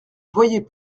voyait